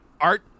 art